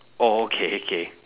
oh okay okay